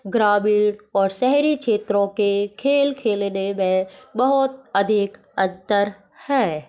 ग्रामीण और शहरी क्षेत्रों के खेल खेलने में बहुत अधिक अंतर है